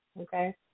okay